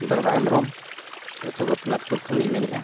ᱫᱩᱨᱜᱷᱟ ᱦᱮᱢᱵᱨᱚᱢ ᱟᱹᱛᱩ ᱜᱳᱯᱤᱱᱟᱛᱷᱯᱩᱨ ᱠᱷᱚᱱᱞᱤᱧ ᱞᱟᱹᱭᱮᱜᱼᱟ